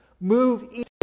move